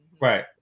Right